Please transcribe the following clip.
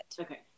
Okay